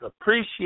appreciate